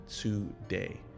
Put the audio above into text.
today